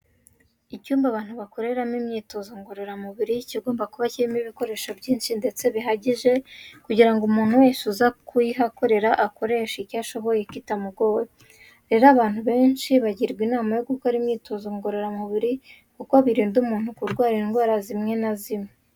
Icyumba abantu bakoreramo imyitozo ngororamubiri kigomba kuba kirimo ibikoresho byinshi ndetse bihagije kugira ngo umuntu wese uza kuyihakorera akoreshe icyo ashoboye kitamugoye. Rero abantu benshi bagirwa inama yo gukora imyitozo ngororamubiri kubera ko birinda umuntu kurwara indwara zimwe na zimwe.